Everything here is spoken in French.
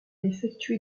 effectué